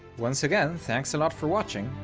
once again, thanks a lot for watching,